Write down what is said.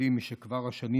ידידי משכבר השנים